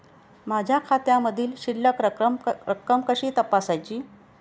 माझ्या खात्यामधील शिल्लक रक्कम कशी तपासायची?